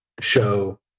show